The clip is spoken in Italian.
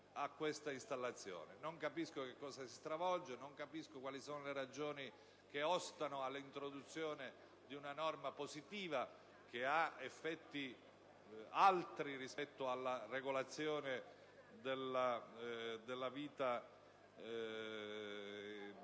all'installazione. Non capisco cosa si stravolge. Non capisco quali siano le ragioni che ostano all'introduzione di una norma positiva che produce altri effetti rispetto alla regolazione della vita